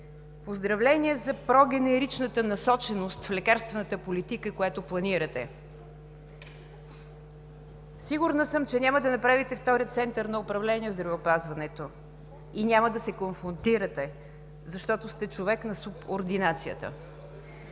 Поздравления за прогенеричната насоченост в лекарствената политика, която планирате. Сигурна съм, че няма да направите втори център на управление в здравеопазването и няма да се конфронтирате, защото сте човек на субординацията.